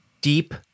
deep